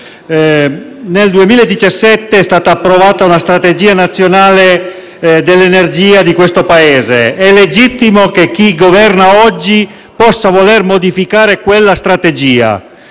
Nel 2017 è stata approvata una strategia nazionale dell'energia di questo Paese. È legittimo che chi governa oggi possa voler modificare quella strategia,